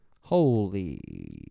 Holy